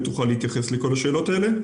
ותוכל להתייחס לכל השאלות האלה.